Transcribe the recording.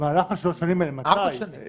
במהלך שלוש השנים האלה --- למה שלוש?